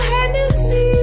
Hennessy